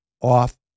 off